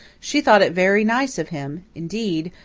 she thought it very nice of him, indeed,